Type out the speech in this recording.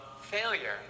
failure